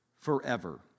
forever